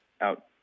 out